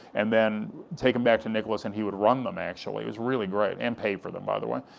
and then take them back to nicholas, and he would run them, actually, it was really great, and pay for them, by the way.